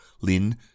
Lin